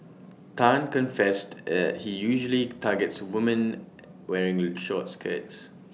Tan confessed at he usually targets women wearing short skirts